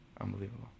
Unbelievable